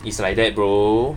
it's like that bro